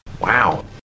Wow